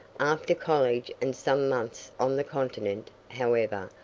after college and some months on the continent, however,